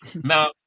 now